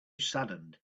saddened